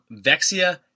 Vexia